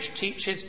teaches